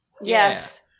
Yes